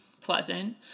pleasant